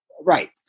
right